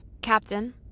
Captain